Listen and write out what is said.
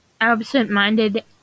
absent-minded